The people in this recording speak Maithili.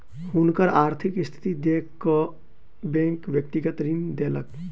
हुनकर आर्थिक स्थिति देख कअ बैंक व्यक्तिगत ऋण देलक